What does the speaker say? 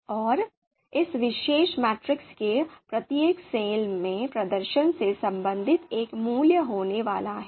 और इस विशेष मैट्रिक्स के प्रत्येक सेल में प्रदर्शन से संबंधित एक मूल्य होने वाला है